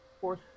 Fourth